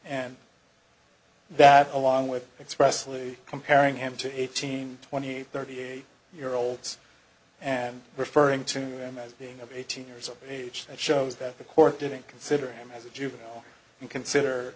and that along with expressly comparing him to eighteen twenty thirty eight year olds and referring to them as being of eighteen years of age that shows that the court didn't consider him as a juvenile and consider